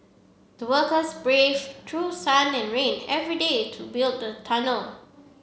the workers braved through sun and rain every day to build the tunnel